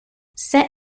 set